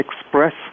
express